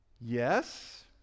yes